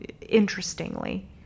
interestingly